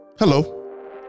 Hello